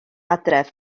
adref